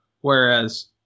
whereas